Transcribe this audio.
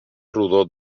rodó